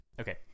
Okay